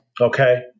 Okay